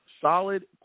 Solid